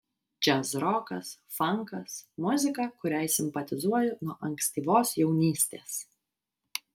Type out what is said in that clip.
džiazrokas fankas muzika kuriai simpatizuoju nuo ankstyvos jaunystės